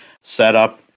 setup